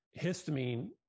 Histamine